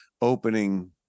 opening